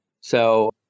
So-